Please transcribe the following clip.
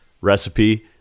recipe